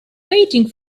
waiting